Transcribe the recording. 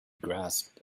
grasped